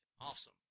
Awesome